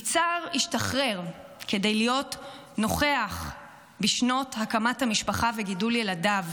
יצהר השתחרר כדי להיות נוכח בשנות הקמת המשפחה וגידול ילדיו.